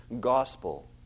gospel